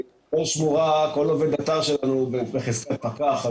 כל שמורה וכל עובד אתר שלנו הוא בחזקת פקח.